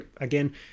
Again